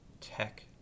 Tech